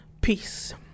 Peace